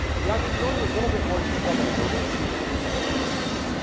yeah, they go into a little bit more detail than i normally see in a genetics paper.